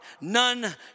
None